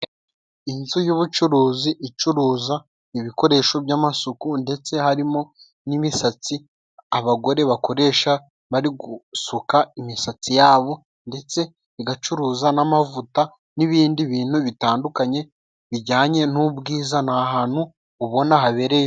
Inzu y'ubucuruzi icuruza ibikoresho by'amasuku, ndetse harimo n'imisatsi abagore bakoresha bari gusuka imisatsi yabo, ndetse igacuruza n'amavuta n'ibindi bintu bitandukanye bijyanye n'ubwiza. Ni ahantu ubona habereye...